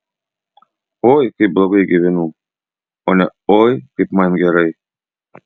oi kaip blogai gyvenu o ne oi kaip man gerai